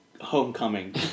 Homecoming